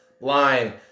line